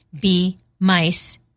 B-MICE